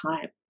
time